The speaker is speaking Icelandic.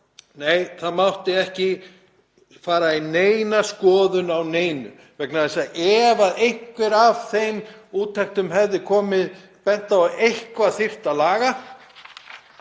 Nei, það mátti ekki fara í neina skoðun á neinu, vegna þess að ef einhver þeirra úttekta hefði bent á að eitthvað þyrfti að laga